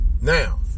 Now